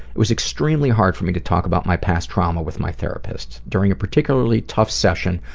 it was extremely hard for me to talk about my past trauma with my therapist. during a particularly tough session,